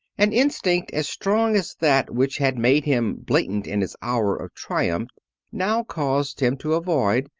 an instinct as strong as that which had made him blatant in his hour of triumph now caused him to avoid,